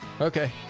Okay